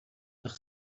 par